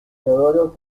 teodoro